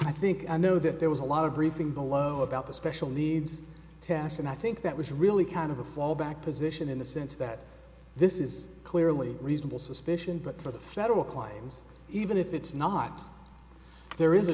i think i know that there was a lot of briefing below about the special needs task and i think that was really kind of a fallback position in the sense that this is clearly reasonable suspicion but for the federal clients even if it's not there is a